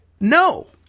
no